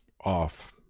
off